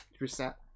reset